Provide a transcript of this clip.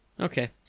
Okay